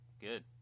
Good